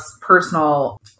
personal